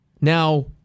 Now